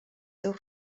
seus